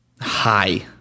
Hi